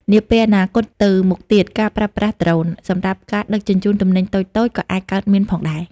នាពេលអនាគតទៅមុខទៀត ការប្រើប្រាស់ដ្រូន សម្រាប់ការដឹកជញ្ជូនទំនិញតូចៗក៏អាចកើតមានផងដែរ។